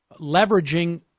leveraging